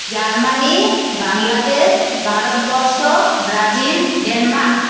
Germany Bangladesh Bharatvarsha Brazil Denmark